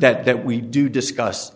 that that we do discuss it